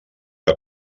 que